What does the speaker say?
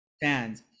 fans